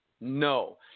no